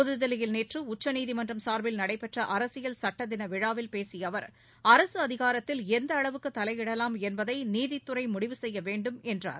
புதுதில்லியில் நேற்று உச்சநீதிமன்றம் சா்பில் நடைபெற்ற அரசியல் சுட்ட தின விழாவில் பேசிய அவர் அரசு அதிகாரத்தில் எந்த அளவுக்கு தலையிடலாம் என்பதை நீதித்துறை முடிவு செய்ய வேண்டும் என்றார்